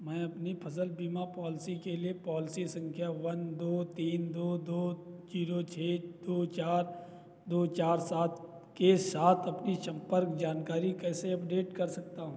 मैं अपनी फसल बीमा पॉलिसी के लिए पॉलिसी संख्या वन दो तीन दो दो जीरो छः दो चार दो चार सात के साथ अपनी संपर्क जानकारी कैसे अपडेट कर सकता हूं